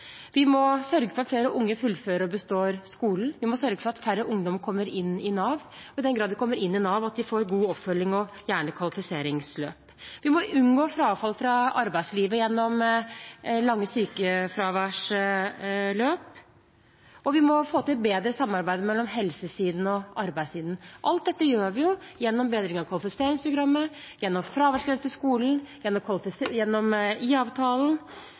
sørge for at flere unge fullfører og består skolen. Vi må sørge for at færre unge kommer inn i Nav, og at de – i den grad de kommer inn i Nav – får god oppfølging og gjerne kvalifiseringsløp. Vi må unngå frafall fra arbeidslivet gjennom lange sykefraværsløp, og vi må få til et bedre samarbeid mellom helsesiden og arbeidssiden. Alt dette gjør vi gjennom bedring av kvalifiseringsprogrammet, gjennom fraværsgrense i skolen, gjennom IA-avtalen og gjennom